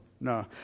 No